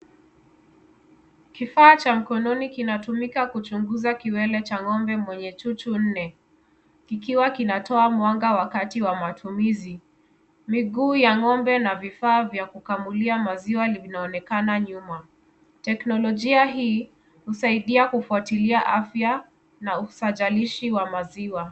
Kifaa cha mkononi kinatumika kuchunguza kiwele cha ng'ombe mwenye chuchu nne, kikiwa kinatoa mwanga wakati wa matumizi, miguu ya ng'ombe na vifaa vya kukamulia maziwa vinaonekana nyuma. Teknolojia hii husaidia kufuatilia afya na usajalishi wa maziwa.